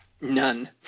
none